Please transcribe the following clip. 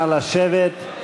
נא לשבת.